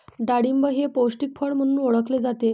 डाळिंब हे पौष्टिक फळ म्हणून ओळखले जाते